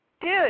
Dude